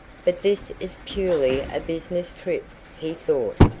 but this is purely a business trip, he thought,